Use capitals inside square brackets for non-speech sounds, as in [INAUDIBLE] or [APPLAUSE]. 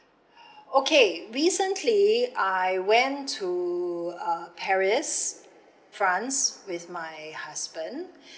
[BREATH] okay recently I went to uh paris france with my husband